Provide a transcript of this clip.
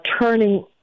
turning